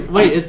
Wait